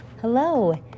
Hello